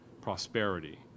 prosperity